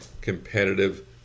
competitive